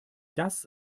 das